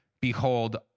Behold